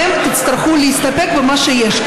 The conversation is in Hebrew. אתם תצטרכו להסתפק במה שיש.